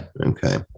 Okay